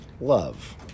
love